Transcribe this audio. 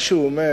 מה שהוא אומר,